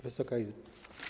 Wysoka Izbo!